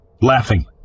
laughing